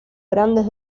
grandes